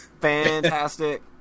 Fantastic